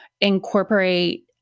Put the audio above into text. incorporate